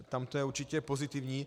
Tam to je určitě pozitivní.